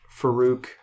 Farouk